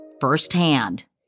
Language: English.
firsthand